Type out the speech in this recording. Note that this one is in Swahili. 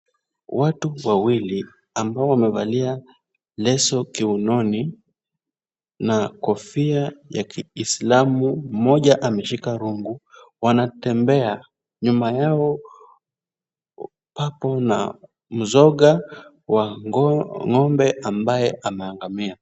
Watu wawili ambao wamevalia leso kiunoni, na kofia ya kiislamu, mmoja ameshika rungu, wanatembea, nyuma yao papo na mzoga wa ng'ombe ambaye ameangamia.